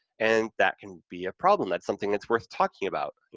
and that can be a problem. that's something that's worth talking about. you